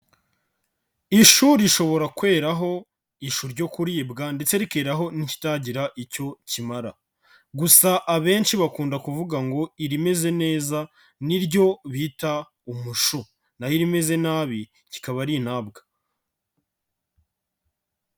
Ishu rishobora kweraho ishu ryo kuribwa ndetse rikeraho n'ikitagira icyo kimara gusa abenshi bakunda kuvuga ngo irimeze neza, niryo bita umushu naho irimeze nabi kikaba ari intabwa.